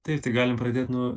taip tai galim pradėt nuo